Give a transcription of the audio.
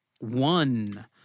one